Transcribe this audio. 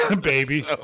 Baby